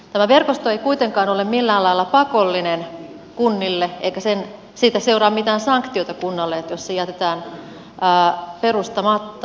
tämä verkosto ei kuitenkaan ole millään lailla pakollinen kunnille eikä siitä seuraa mitään sanktioita kunnalle jos se jätetään perustamatta